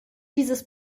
dieses